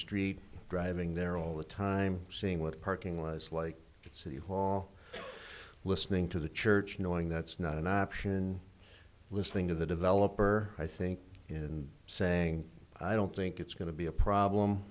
street driving there all the time seeing what parking was like at city hall listening to the church knowing that's not an option listening to the developer i think and saying i don't think it's going to be a problem